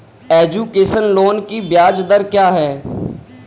Education loan की ब्याज दर क्या है?